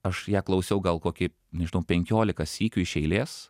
aš ją klausiau gal kokį nežinau penkiolika sykių iš eilės